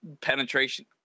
penetration